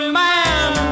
man